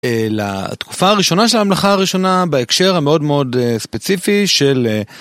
לתקופה הראשונה של הממלכה הראשונה בהקשר המאוד מאוד ספציפי של...